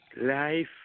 life